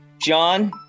John